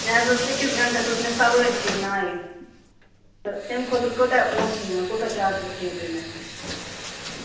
مےٚ حظ ٲس أکِس گھنٛٹَس ٲس مےٚ سوٲرۍ چیٚنۍ نایہِ تہٕ تٔمۍ خٲطرٕ کۭتیٛاہ پونٛسہٕ یِن مےٚ کوٗتاہ چارجٕس ہیٚیِو تُہۍ مےٚ